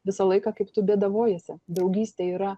visą laiką kaip tu bėdavojiesi draugystė yra